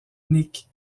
nick